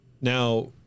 Now